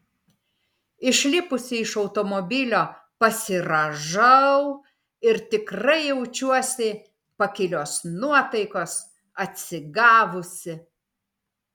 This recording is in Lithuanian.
išlipusi iš automobilio pasirąžau ir tikrai jaučiuosi pakilios nuotaikos atsigavusi